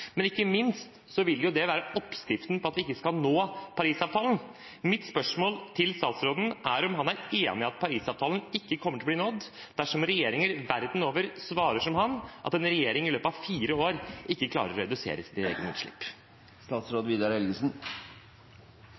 men ikke minst vil det være oppskriften på at vi ikke skal nå målene i Paris-avtalen. Mitt spørsmål til statsråden er om han er enig i at målene i Paris-avtalen ikke kommer til å bli nådd dersom regjeringer verden over svarer som han, at en regjering i løpet av fire år ikke klarer å redusere